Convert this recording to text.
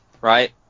right